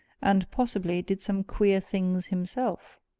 and possibly did some queer things himself?